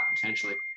potentially